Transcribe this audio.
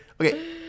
Okay